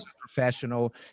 Professional